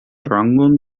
rangon